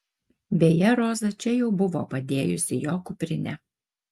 beje roza čia jau buvo padėjusi jo kuprinę